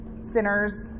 sinners